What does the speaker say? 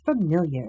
familiar